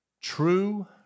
true